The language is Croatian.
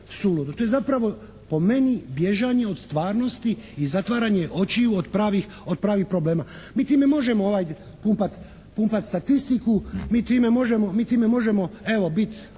to je zapravo po meni bježanje od stvarnosti i zatvaranje očiju od pravih problema. Mi time možemo pumpati statistiku, mi time možemo evo